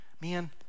man